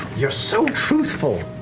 you're so truthful.